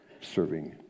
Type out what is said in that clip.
serving